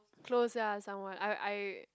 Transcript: close ya someone I I